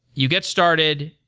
you get started,